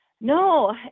No